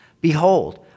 Behold